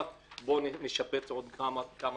בוא נשפץ עוד כמה דברים.